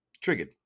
triggered